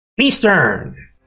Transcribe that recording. Eastern